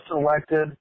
elected